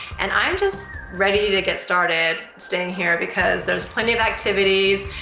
and i'm just ready to get started staying here because there's plenty of activities,